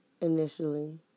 initially